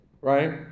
right